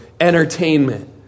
entertainment